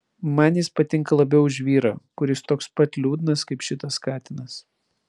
man jis patinka labiau už vyrą kuris toks pat liūdnas kaip šitas katinas